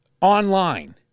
online